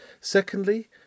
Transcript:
Secondly